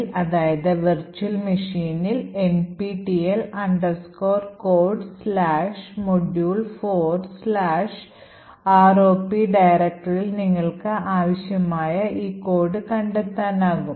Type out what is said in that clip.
VMൽ nptel codesmodule4ROP ഡയറക്ടറിയിൽ നിങ്ങൾക്ക് ആവശ്യമായ ഈ കോഡ് കണ്ടെത്താനാകും